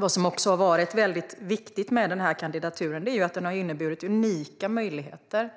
Vad som också har varit väldigt viktigt med denna kandidatur är att den har inneburit unika möjligheter